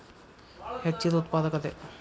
ಹೆಚ್ಚಿದ ಉತ್ಪಾದಕತೆ